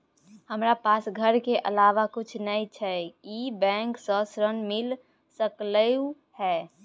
हमरा पास घर के अलावा कुछ नय छै ई बैंक स ऋण मिल सकलउ हैं?